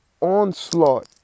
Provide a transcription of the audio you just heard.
onslaught